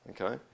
okay